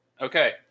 Okay